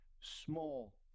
small